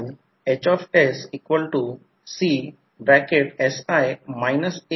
म्हणजे याचा अर्थ असा की मी जेव्हा फेसर आकृती काढेल तेव्हा हे I2 आणि हे I2 अँटी फेजमध्ये असेल जे फेज शिफ्ट 180° आहे